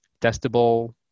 testable